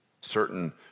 Certain